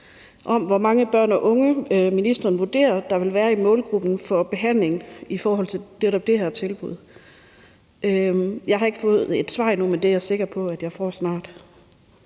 om, hvor mange børn og unge ministeren vurderer vil være i målgruppen for behandling i forhold til netop det her tilbud. Jeg har ikke fået et svar endnu, men det er jeg sikker på at jeg snart